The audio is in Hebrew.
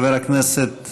חבר הכנסת